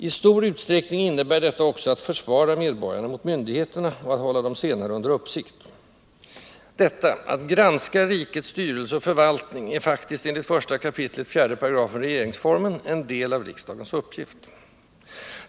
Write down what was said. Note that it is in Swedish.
I stor utsträckning innebär detta också att försvara medborgarna mot myndigheterna och att hålla de senare under uppsikt. Detta — att granska rikets styrelse och förvaltning — är faktiskt enligt 1 kap. 4 § regeringsformen en del av riksdagens uppgift.